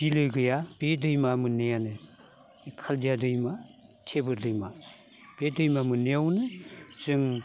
बिलो गैया बे दैमा मोननैआनो खालिया दैमा थेबोल दैमा बे दैमा मोननैआवनो जों